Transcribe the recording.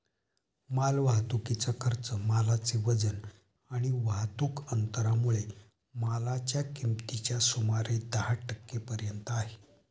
माल वाहतुकीचा खर्च मालाचे वजन आणि वाहतुक अंतरामुळे मालाच्या किमतीच्या सुमारे दहा टक्के पर्यंत आहे